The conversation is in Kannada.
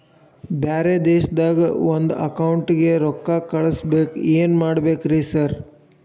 ಬ್ಯಾರೆ ದೇಶದಾಗ ಒಂದ್ ಅಕೌಂಟ್ ಗೆ ರೊಕ್ಕಾ ಕಳ್ಸ್ ಬೇಕು ಏನ್ ಮಾಡ್ಬೇಕ್ರಿ ಸರ್?